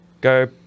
go